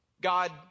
God